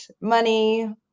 money